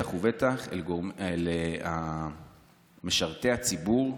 בטח ובטח אל משרתי הציבור,